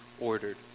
ordered